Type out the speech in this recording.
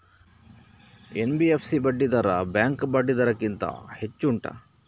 NBFC ಬಡ್ಡಿ ದರ bank ಬಡ್ಡಿ ದರ ಗಿಂತ ಹೆಚ್ಚು ಉಂಟಾ